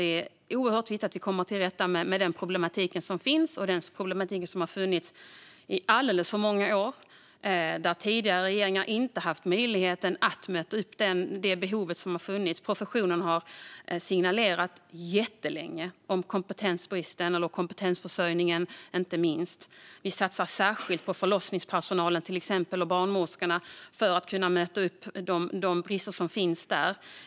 Det är oerhört viktigt att komma till rätta med den problematik som finns och har funnits i alldeles för många år. Tidigare regeringar har inte haft möjlighet att möta upp det behov som funnits. Professionen har signalerat jättelänge om kompetensbrist och behov av kompetensförsörjning. Vi satsar särskilt på förlossningspersonal och barnmorskor för att kunna möta upp de brister som finns där.